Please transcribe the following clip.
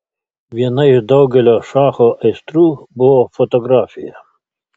viena iš daugelio šacho aistrų buvo fotografija